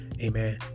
Amen